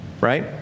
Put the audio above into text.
right